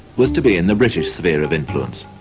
was to be in the british sphere of influence.